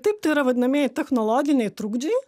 taip tai yra vadinamieji technologiniai trukdžiai